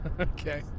Okay